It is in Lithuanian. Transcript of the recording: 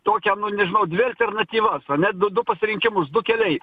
tokią nu nežinau dvi alternatyvas ane du du pasirinkimus du keliai